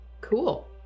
Cool